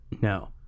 no